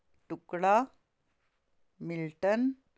ਟੁਕੜਾ ਮਿਲਟਨ